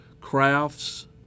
crafts